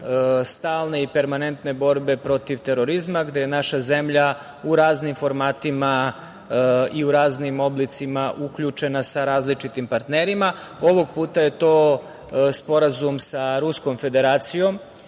stalne i permanentne borbe protiv terorizma, gde je naša zemlja u raznim formatima i u raznim oblicima uključena sa različitim partnerima. Ovog puta je to Sporazum sa Ruskom Federacijom